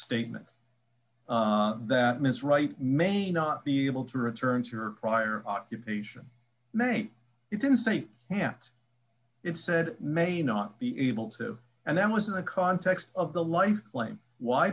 statement that ms wright may not be able to return to her prior occupation may it didn't say yeah it said may not be able to and that was in the context of the life claim why